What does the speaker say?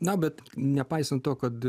na bet nepaisant to kad